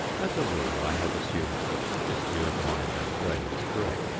as a rule i have assumed that this view of mind and brain is correct.